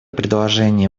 предложение